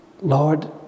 Lord